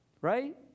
Right